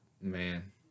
Man